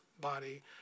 body